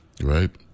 right